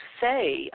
say